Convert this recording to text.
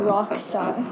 Rockstar